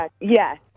Yes